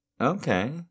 Okay